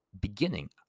beginning